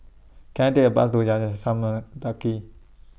Can I Take A Bus to Yayasan Mendaki